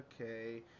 okay